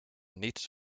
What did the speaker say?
niets